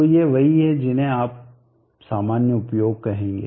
तो ये वही हैं जिन्हें आप सामान्य उपयोग कहेंगे